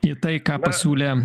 į tai ką pasiūlė